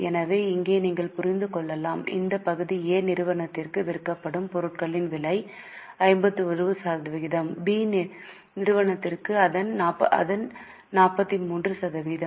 எனவே இங்கே நீங்கள் புரிந்து கொள்ளலாம் இந்த பகுதி A நிறுவனத்திற்கு விற்கப்படும் பொருட்களின் விலை 51 சதவீதம் B நிறுவனத்திற்கு அதன் 43 சதவீதம்